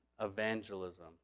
evangelism